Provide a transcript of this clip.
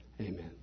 Amen